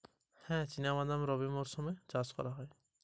চিনা বাদাম কি রবি মরশুমে চাষ করা যায়?